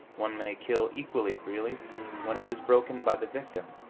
one may kill equally freely when it is broken by the victim,